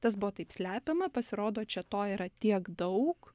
tas buvo taip slepiama pasirodo čia to yra tiek daug